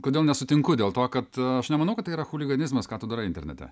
kodėl nesutinku dėl to kad aš nemanau kad tai yra chuliganizmas ką tu darai internete